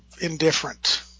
indifferent